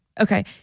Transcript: Okay